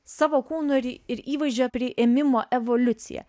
savo kūno ir ir įvaizdžio priėmimo evoliucija